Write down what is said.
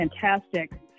fantastic